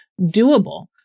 doable